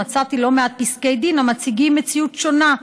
מצאתי לא מעט פסקי דין המציגים מציאות שונה,